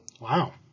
Wow